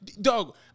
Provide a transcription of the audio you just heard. dog